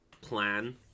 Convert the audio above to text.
plan